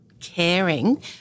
caring